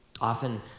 Often